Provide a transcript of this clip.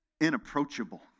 inapproachable